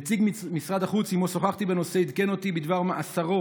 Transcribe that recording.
נציג משרד החוץ שעימו שוחחתי בנושא עדכן אותי בדבר מאסרו